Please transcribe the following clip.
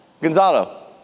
Gonzalo